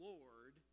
Lord